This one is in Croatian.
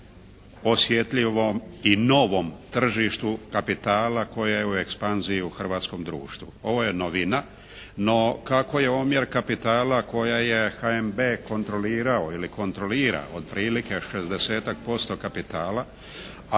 osjetljivom i novom tržištu kapitala koja je u ekspanziji u hrvatskom društvu. Ovo je novina, no kako je omjer kapitala koji je HNB kontrolirao ili kontrolira otprilike 60-ak posto